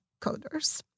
coders